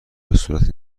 بهصورت